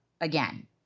again